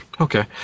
Okay